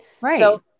Right